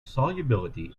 solubility